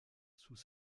sous